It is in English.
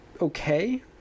okay